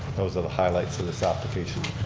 those are the highlights of this application.